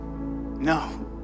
No